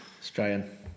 Australian